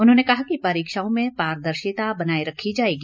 उन्होंने कहा कि परीक्षाओं में पारदर्शिता बनाए रखी जाएगी